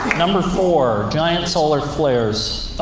number four giant solar flares.